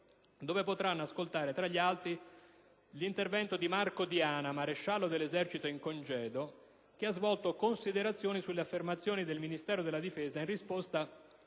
www.radioradicale.it, tra gli altri, l'intervento di Marco Diana, maresciallo dell'esercito in congedo, che ha svolto considerazioni sulle affermazioni del Ministero della difesa in risposta